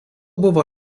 buvo